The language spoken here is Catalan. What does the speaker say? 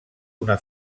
una